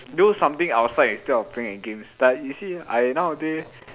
do something outside instead of playing a games like you see I nowadays